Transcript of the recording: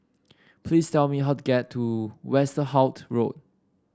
please tell me how to get to Westerhout Road